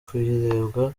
kayirebwa